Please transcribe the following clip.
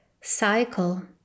cycle